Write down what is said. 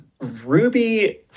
Ruby